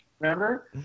remember